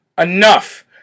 enough